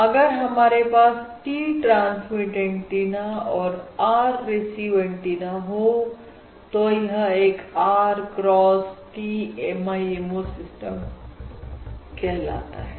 अगर हमारे पास T ट्रांसमिट एंटीना और R रिसीव एंटीना हो तो यह एक R cross T MIMO system कहलाता है